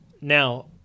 Now